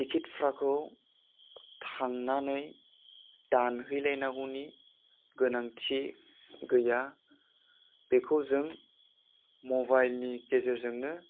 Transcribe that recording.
टिकिटफ्राखौ थांनानै दानहैलायनांगौनि गोनांथि गैया बेखौ जों मबाइलनि गेजेरजोंनो